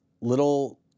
little